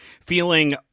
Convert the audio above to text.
feeling